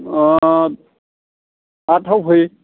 ओ आठथायाव फै